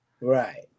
Right